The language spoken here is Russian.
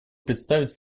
предоставить